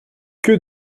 que